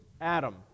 Adam